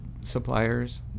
suppliers